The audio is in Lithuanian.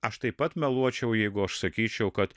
aš taip pat meluočiau jeigu aš sakyčiau kad